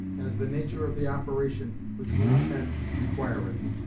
as the nature of the operation, which we intend, requireth.